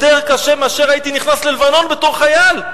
יותר קשה מאשר כשהייתי נכנס ללבנון בתור חייל,